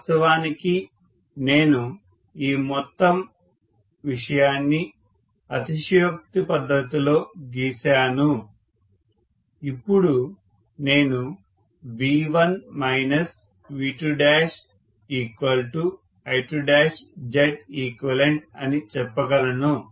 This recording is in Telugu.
వాస్తవానికి నేను ఈ మొత్తం విషయాన్ని అతిశయోక్తి పద్ధతిలో గీసాను ఇప్పుడు నేను V1 V2I2Zeq అని చెప్పగలను